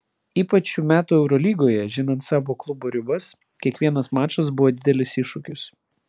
ypač šių metų eurolygoje žinant savo klubo ribas kiekvienas mačas buvo didelis iššūkis